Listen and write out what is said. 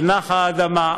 כשנחה האדמה,